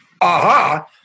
aha